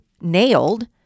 nailed